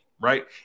right